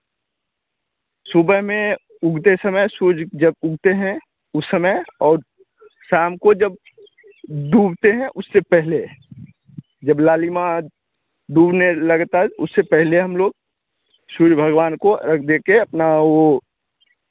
सुबह में उगते समय सूरज जब उगते हैं उस समय और शाम को जब डूबते हैं उससे पेहले जब लालिमा डूबने लगता है उससे पहले हम लोग सूर्य भगवान को अर्ग देकर अपना वह